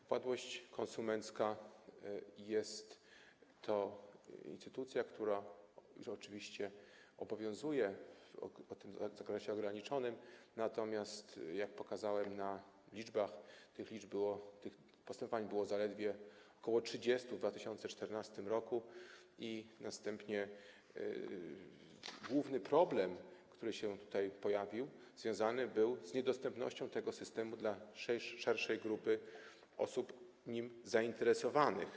Upadłość konsumencka jest to instytucja, która oczywiście obowiązuje w zakresie ograniczonym, natomiast, jak pokazałem na liczbach, tych postępowań było zaledwie ok. 30 w 2014 r., a następnie główny problem, który się tutaj pojawił, związany był z niedostępnością tego systemu dla szerszej grupy osób nim zainteresowanych.